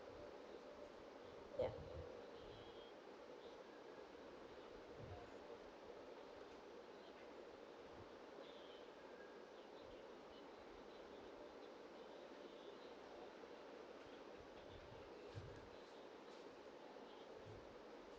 ya